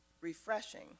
refreshing